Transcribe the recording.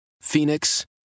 Phoenix